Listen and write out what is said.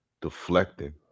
deflecting